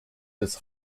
des